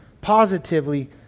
positively